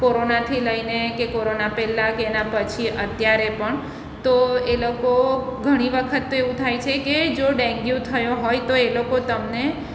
કોરોનાથી લઈને કે કોરોના પહેલાં કે એના પછી અત્યારે પણ તો એ લોકો ઘણી વખત તો એવું થાય છે કે જો ડેન્ગ્યુ થયો હોય તો એ લોકો તમને